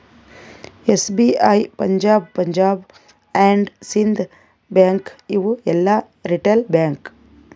SBI, Punjab, Punjab and Sind bank ಇವು ಎಲ್ಲಾ retail bank